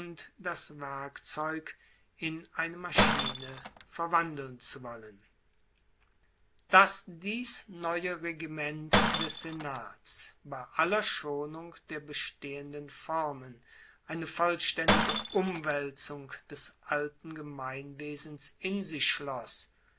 das werkzeug in eine maschine verwandeln zu wollen dass dies neue regiment des senats bei aller schonung der bestehenden formen eine vollstaendige umwaelzung des alten gemeinwesens in sich schloss